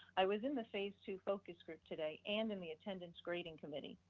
i was in the phase two focus group today and in the attendance grading committee.